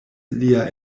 lia